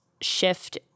shift